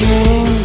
King